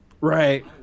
right